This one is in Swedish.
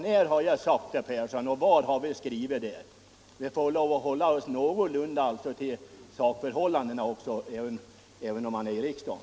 När har jag sagt detta eller var står det skrivet? Vi får hålla oss någorlunda till sakförhållanden även i riksdagen.